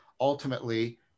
ultimately